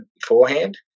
beforehand